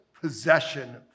possession